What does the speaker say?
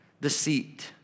deceit